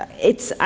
it's, i,